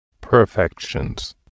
perfections